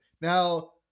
Now